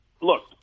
look